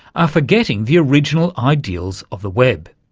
are forgetting the original ideals of the web.